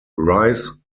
rice